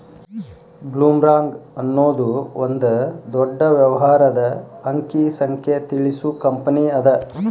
ಬ್ಲೊಮ್ರಾಂಗ್ ಅನ್ನೊದು ಒಂದ ದೊಡ್ಡ ವ್ಯವಹಾರದ ಅಂಕಿ ಸಂಖ್ಯೆ ತಿಳಿಸು ಕಂಪನಿಅದ